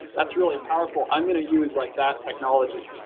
that's really powerful. i'm going to use like that technology.